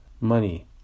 money